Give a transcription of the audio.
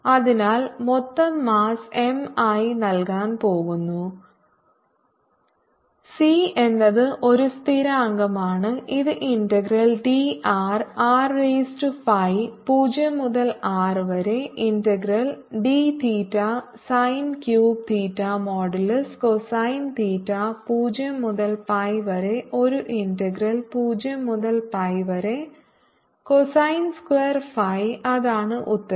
അതിനാൽ മൊത്തം mass m ആയി നൽകാൻ പോകുന്നു സി എന്നത് ഒരു സ്ഥിരാങ്കമാണ് അത് integral dr r raise to phi 0 മുതൽ R വരെ integral d theta sin cube theta modulus cosine theta 0 മുതൽ പൈ വരെ ഒരു ഇന്റഗ്രൽ 0 മുതൽ പൈ വരെ കോസൈൻ സ്ക്വയർ phi അതാണ് ഉത്തരം